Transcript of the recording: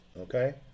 okay